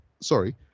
Sorry